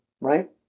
right